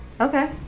Okay